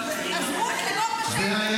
אביחי אברהם בוארון (הליכוד): זה היה